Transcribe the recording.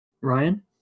Ryan